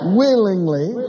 willingly